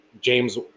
james